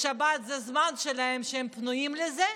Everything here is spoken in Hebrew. בשבת זה הזמן שלהם שהם פנויים לזה,